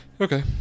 Okay